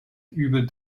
über